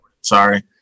Sorry